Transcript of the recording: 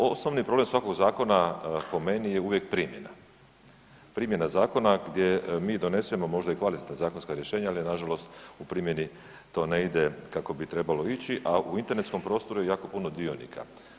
Osnovni problem svakog zakona po meni je uvijek primjena, primjena zakona gdje mi donesemo možda i kvalitetna zakonska rješenja ali na žalost u primjeni to ne ide kako bi trebalo ići, a u internetskom prostoru je jako puno dionika.